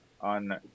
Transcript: on